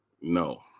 no